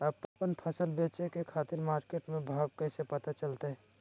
आपन फसल बेचे के खातिर मार्केट के भाव कैसे पता चलतय?